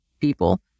people